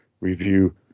review